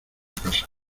casa